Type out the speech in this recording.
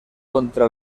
contra